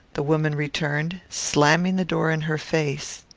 the woman returned, slamming the door in her face.